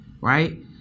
right